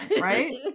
right